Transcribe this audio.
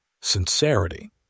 Sincerity